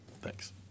Thanks